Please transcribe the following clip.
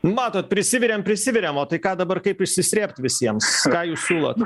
matot prisivirėm prisivirėm o tai ką dabar kaip išsisrėbt visiems ką jūs siūlot